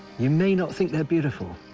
you may not think they're beautiful,